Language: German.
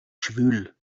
schwül